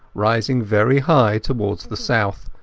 rising very high towards the south,